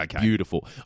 Beautiful